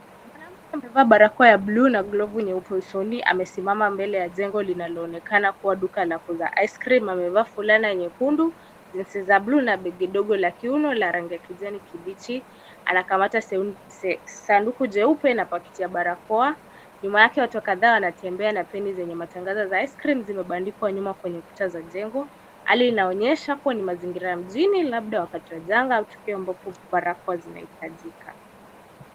Mwanamke amevaa barakoa ya bluu na glovu nyeupe usoni, amesimama mbele ya jengo linaloonekana kuwa duka la kuuza ice cream . Amevaa fulani nyekundu, jeans za bluu na begi dogo la kiuno la rangi ya kijani kibichi, anakamata sanduku jeupe na pakiti ya barakoa. Nyuma yake watu kadhaa wanatembea na feni zenye matangazo za ice cream zimebandikwa nyuma kwenye ukuta za jengo. Hali inaonyesha kuwa ni mazingira ya mjini labda wakati wa janga au tukio ambapo barakoa zinahitajika.